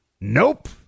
Nope